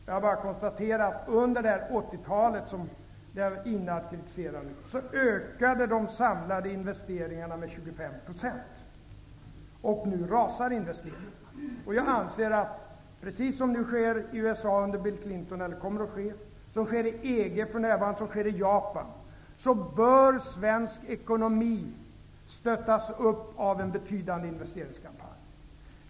Jag kan bara konstatera att de samlade investeringarna under 80-talet, som ni nu kritiserar, ökade med 25 %. Nu rasar investeringarna. Precis som det kommer att bli i USA under Bill Clinton, som det för närvarande är inom EG och i Japan, bör svensk ekonomi stöttas upp av en betydande investeringskampanj.